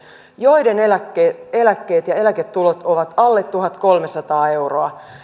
joiden eläkkeet eläkkeet ja eläketulot ovat alle tuhatkolmesataa euroa